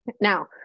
Now